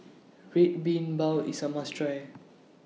Red Bean Bao IS A must Try